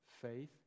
Faith